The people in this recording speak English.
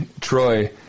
Troy